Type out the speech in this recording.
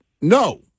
No